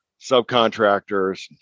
subcontractors